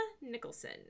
Nicholson